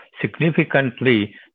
Significantly